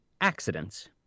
accidents